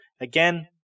Again